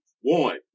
One